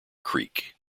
creek